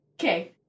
Okay